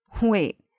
Wait